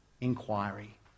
inquiry